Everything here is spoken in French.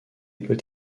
peut